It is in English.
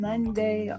Monday